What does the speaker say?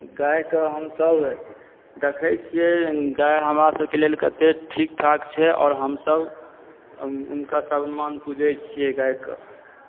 गायके हमसब देखए छिऐ गाय हमरा सबके लेल कते ठीक ठाक छै आओर हमसब हुनका स्वाभिमान पूजए छिऐ गायके